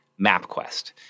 MapQuest